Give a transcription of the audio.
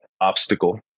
obstacle